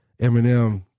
Eminem